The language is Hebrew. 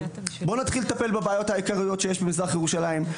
בואו נתחיל לטפל בבעיות העיקריות שיש במזרח ירושלים.